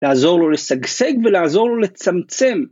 לעזור לו לשגשג ולעזור לו לצמצם.